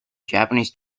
japanese